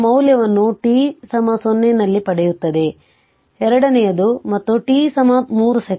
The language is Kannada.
5 ನಲ್ಲಿ ಪಡೆಯುತ್ತದೆ ಎರಡನೇ ಮತ್ತು t 3 ಸೆಕೆಂಡ್